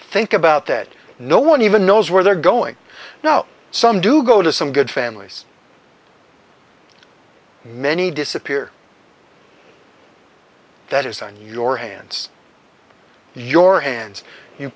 think about that no one even knows where they're going now some do go to some good families many disappear that is on your hands your hands